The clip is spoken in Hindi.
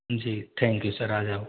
जी थैंक यू सर आ जाओ